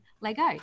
lego